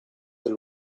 del